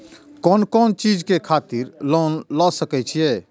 कोन कोन चीज के खातिर लोन ले सके छिए?